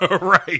right